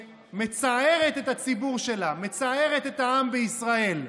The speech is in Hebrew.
שמצערת את הציבור שלה, מצערת את העם בישראל,